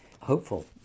hopeful